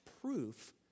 proof